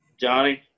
Johnny